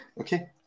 Okay